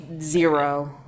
zero